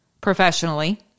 professionally